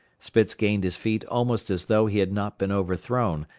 spitz gained his feet almost as though he had not been overthrown,